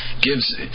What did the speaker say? gives